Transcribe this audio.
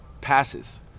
passes